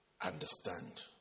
understand